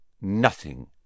Nothing